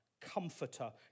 comforter